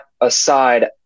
aside